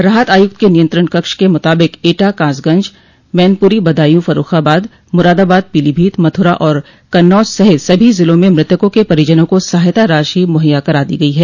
राहत आयुक्त के नियंत्रण कक्ष के मुताबिक एटा कासगंज मैनपुरी बदायूं फर्रूखाबाद मुरादाबाद पीलीभीत मथुरा और कन्नौज सहित सभी जिलों में मृतकों के परिजनों को सहायता राशि मुहैया करवा दी गई है